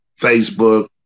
Facebook